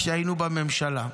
כשהיינו בממשלה.